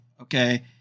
Okay